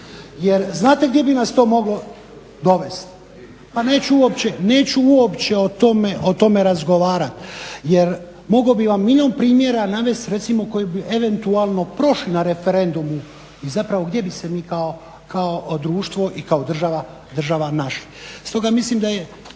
Jer znate gdje bi nas to moglo dovesti, ma neću uopće o tome razgovarati jer mogao bih vam milijun primjera navesti recimo koji bi eventualno prošli na referendumu i zapravo gdje bi se mi kao društvo i kao država našli.